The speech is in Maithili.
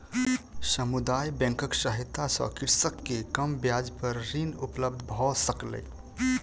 समुदाय बैंकक सहायता सॅ कृषक के कम ब्याज पर ऋण उपलब्ध भ सकलै